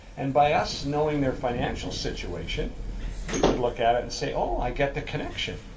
and by us knowing their financial situation we would look at it and say, oh, i get the connection.